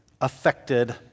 affected